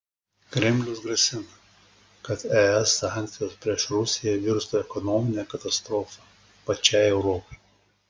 kremlius grasina kad es sankcijos prieš rusiją virstų ekonomine katastrofa pačiai europai